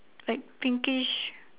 like pinkish